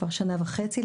כבר שנה וחצי,